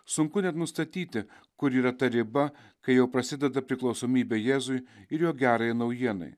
sunku net nustatyti kur yra ta riba kai jau prasideda priklausomybė jėzui ir jo gerajai naujienai